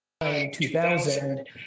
2000